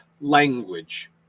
language